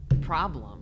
problem